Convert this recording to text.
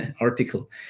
article